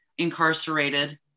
incarcerated